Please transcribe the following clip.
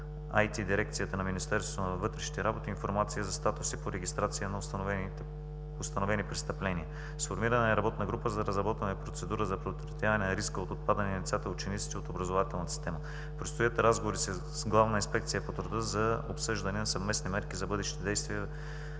ИТ дирекцията на Министерството на вътрешните работи информация за статус по регистрация на установени престъпления. Сформирана е работна група за разработване процедура за предотвратяване риска от отпадане на децата и учениците от образователната система. Предстоят разговори с „Главна инспекция по труда“ за обсъждане на съвместни мерки за бъдещите действия